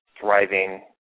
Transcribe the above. thriving